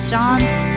John's